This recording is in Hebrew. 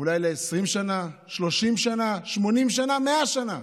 אולי ל-20 שנה, 30 שנה, 80 שנה, 100 שנה.